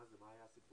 ככה אני מבין.